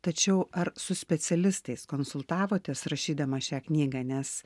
tačiau ar su specialistais konsultavotės rašydama šią knygą nes